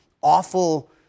awful